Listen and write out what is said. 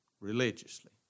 religiously